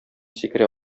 сикерә